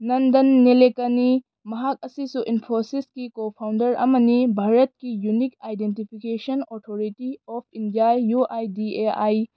ꯅꯟꯗꯟ ꯅꯦꯂꯦꯀꯅꯤ ꯃꯍꯥꯛ ꯑꯁꯤꯁꯨ ꯏꯟꯐꯣꯁꯤꯁꯀꯤ ꯀꯣ ꯐꯥꯎꯟꯗꯔ ꯑꯃꯅꯤ ꯚꯥꯔꯠꯀꯤ unique identification authority of India U I D A I